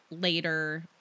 Later